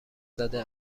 زده